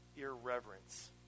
irreverence